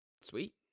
Sweet